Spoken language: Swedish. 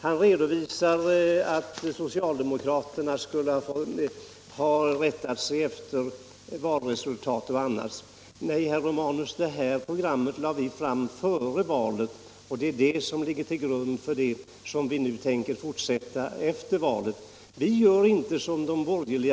Han ansåg att socialdemokraterna skulle ha rättat sig efter valresultatet och annat. Nej, herr Romanus, vi lade fram vårt program före valet, och det programmet ligger till grund för det arbete vi tänker fortsätta efter valet. Vi gör inte som de borgerliga.